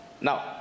Now